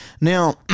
Now